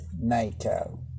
NATO